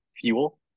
fuel